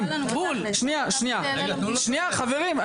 שנייה חברים.